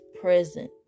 present